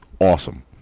awesome